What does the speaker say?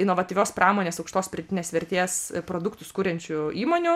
inovatyvios pramonės aukštos pridėtinės vertės produktus kuriančių įmonių